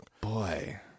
Boy